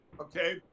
Okay